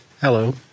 Hello